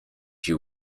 you